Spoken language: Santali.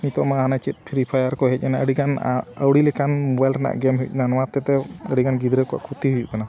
ᱱᱤᱛᱳᱜ ᱢᱟ ᱚᱱᱮ ᱪᱮᱫ ᱯᱷᱨᱤ ᱯᱷᱟᱭᱟᱨ ᱠᱚ ᱦᱮᱡ ᱮᱱᱟ ᱟᱹᱰᱤ ᱜᱟᱱ ᱟᱹᱣᱲᱤ ᱞᱮᱠᱟᱱ ᱢᱳᱵᱟᱭᱤᱞ ᱨᱮᱱᱟᱜ ᱜᱮᱢ ᱦᱩᱭᱩᱜ ᱠᱟᱱᱟ ᱱᱚᱣᱟ ᱛᱮᱫᱚ ᱟᱹᱰᱤ ᱜᱟᱱ ᱜᱤᱫᱽᱨᱟᱹ ᱠᱚᱣᱟᱜ ᱠᱷᱚᱛᱤ ᱦᱩᱭᱩᱜ ᱠᱟᱱᱟ